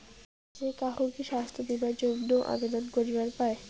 যে কাহো কি স্বাস্থ্য বীমা এর জইন্যে আবেদন করিবার পায়?